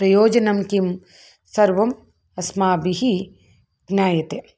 प्रयोजनं किं सर्वम् अस्माभिः ज्ञायते